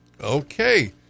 Okay